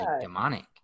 demonic